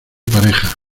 pareja